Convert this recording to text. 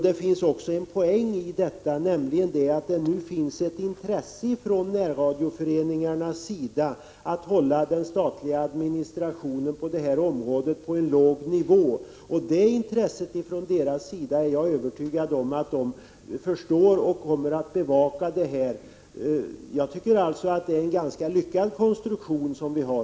Det finns också en poäng i detta, nämligen att det nu finns ett intresse från närradioföreningarnas sida att hålla den statliga administrationen på det här området på en låg nivå. Jag är övertygad om att de inser detta sitt intresse och kommer att bevaka det. Jag tycker alltså att det är en ganska lyckad konstruktion vi nu har.